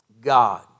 God